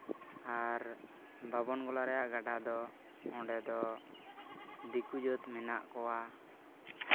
ᱟᱨ ᱵᱟᱵᱚᱱ ᱜᱳᱞᱟ ᱨᱮᱭᱟᱜ ᱜᱟᱰᱟ ᱫᱚ ᱚᱸᱰᱮ ᱫᱚ ᱫᱤᱠᱩ ᱡᱟᱹᱛ ᱢᱮᱱᱟᱜ ᱠᱚᱣᱟ